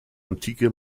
antike